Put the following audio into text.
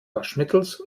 waschmittels